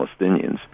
Palestinians